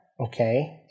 okay